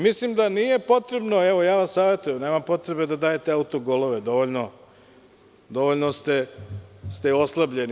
Mislim da nije potrebno, evo ja vam savetujem, nema potrebe da dajete autogolove dovoljno ste oslabljeni.